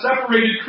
separated